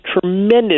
tremendous